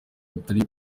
atari